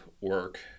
work